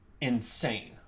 Insane